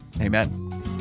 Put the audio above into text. Amen